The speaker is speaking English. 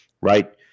Right